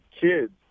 Kids